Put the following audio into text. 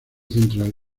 central